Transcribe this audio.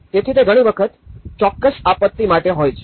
તેથી તે ઘણી વખત ચોક્કસ આપત્તિ માટે હોય છે